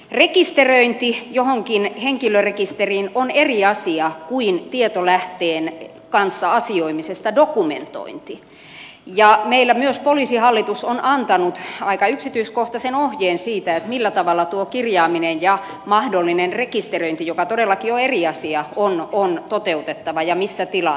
rekisteröinti johonkin henkilörekisteriin on eri asia kuin tietolähteen kanssa asioimisesta dokumentointi ja meillä myös poliisihallitus on antanut aika yksityiskohtaisen ohjeen siitä millä tavalla tuo kirjaaminen ja mahdollinen rekisteröinti joka todellakin on eri asia on toteutettava ja missä tilanteessa